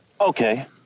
Okay